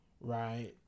right